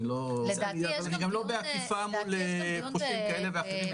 אני גם לא באכיפה מול פושעים כאלה ואחרים,